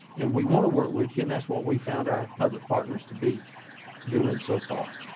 and we want to work with you. and that's what we found our public partners to be doing so far.